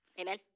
Amen